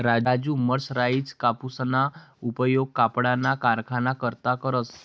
Raju mercerised कापूसना उपयोग कपडाना कारखाना करता करस